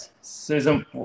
Susan